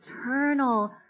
eternal